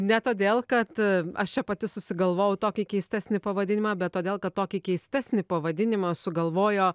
ne todėl kad aš čia pati susigalvojau tokį keistesnį pavadinimą bet todėl kad tokį keistesnį pavadinimą sugalvojo